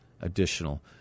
additional